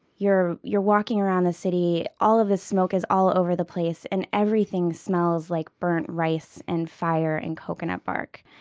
you're you're walking around the city, and all of this smoke is all over the place and everything smells like burnt rice, and fire, and coconut bark.